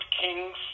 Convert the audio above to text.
Kings